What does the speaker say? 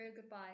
Goodbye